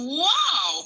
wow